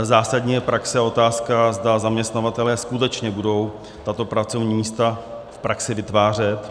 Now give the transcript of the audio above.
Zásadní je praxe a otázka, zda zaměstnavatelé skutečně budou tato pracovní místa v praxi vytvářet.